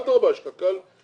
מדובר בשישה כלים בשנה.